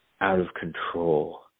out-of-control